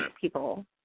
people